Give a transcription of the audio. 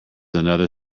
another